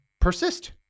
persist